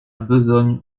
besogne